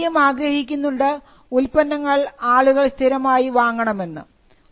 വ്യാപാരിയും ആഗ്രഹിക്കുന്നുണ്ട് ഉൽപ്പന്നങ്ങൾ ആളുകൾ സ്ഥിരമായി വാങ്ങണമെന്ന്